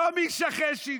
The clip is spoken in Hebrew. לא מישאל חשין,